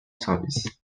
service